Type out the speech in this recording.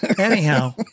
Anyhow